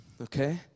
Okay